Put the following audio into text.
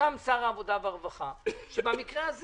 וגם שר העבודה והרווחה, שבמקרה הזה